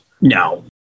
No